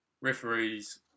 referees